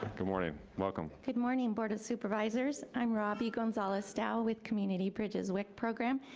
good morning, welcome. good morning board of supervisors, i'm robbie gonzalez-dow, with community bridges wic program,